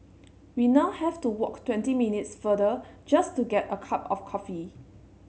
we now have to walk twenty minutes farther just to get a cup of coffee